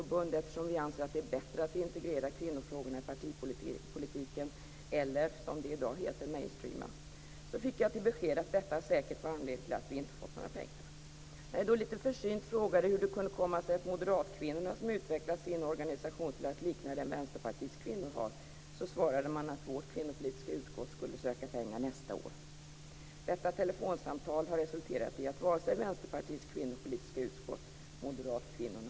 Det skall dessutom finnas lokalavdelningar i minst hälften av landets landstingskommuner, och det skall vara en egen juridisk organisation. Det är tydliga regler och tydliga villkor för stöden. Det har varit en rättvis fördelning av de organisationer som har fått stödet i år. Egentligen skulle moderatkvinnorna inte ha fått pengarna förra året. Då gjordes ett undantag. Organisationen ansågs ny och modern, och man ville ge organisationen ett sista år. Det var en generös tolkning av dåvarande statsrådet till förmån för moderatkvinnorna.